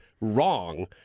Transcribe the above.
wrong